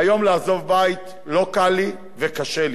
והיום, לעזוב בית לא קל לי וקשה לי.